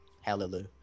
Hallelujah